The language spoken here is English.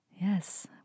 Yes